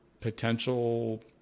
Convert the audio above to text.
potential